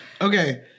Okay